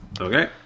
Okay